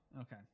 Okay